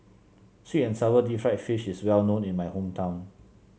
sweet and sour Deep Fried Fish is well known in my hometown